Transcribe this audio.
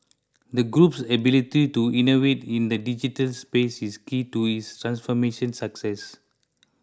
the group's ability to innovate in the digital space is key to its transformation success